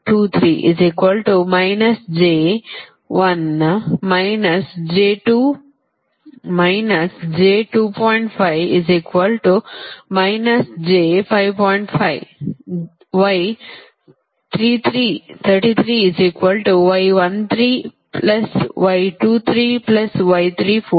75 ಸರಿಯಾಗುತ್ತದೆ